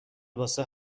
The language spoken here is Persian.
واسه